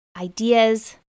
ideas